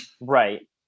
Right